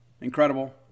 incredible